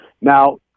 Now